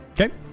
Okay